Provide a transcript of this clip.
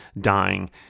dying